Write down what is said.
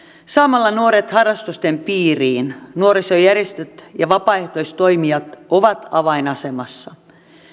saamalla nuoret harrastusten piiriin nuorisojärjestöt ja vapaaehtoistoimijat ovat avainasemassa